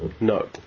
No